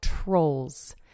trolls